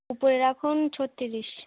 উপরে রাখুন ছত্রিশ